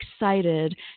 excited